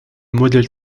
modèle